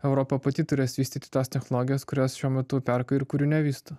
europa pati turės vystyti tos technologijos kurios šiuo metu perka ir kurių nevysto